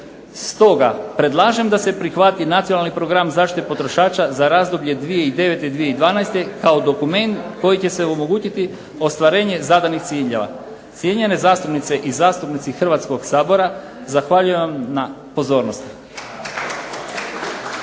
Stoga predlažem da se prihvati Nacionalni program zaštite potrošača za razdoblje 2009./2012. kao dokument koji će se omogućiti ostvarenje zadanih ciljeva. Cijenjene zastupnice i zastupnici Hrvatskog sabora zahvaljujem vam na pozornosti.